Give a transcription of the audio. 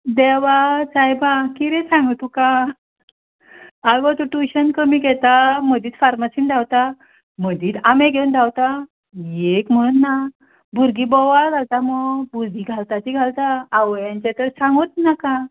देवा सायबा कितें सांगूं तुका आगो तो टुशन कमी घेता मदींच फार्मासीन धांवता मदींच आंबे घेवन धांवता एक म्हणून ना भुरगीं बोवाळ घालता मुगो भुरगीं घालता तीं घालता आवयांचें तर सांगूच नाका